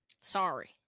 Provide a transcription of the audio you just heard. Sorry